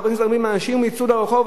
חברי הכנסת אומרים: אנשים יצאו לרחוב.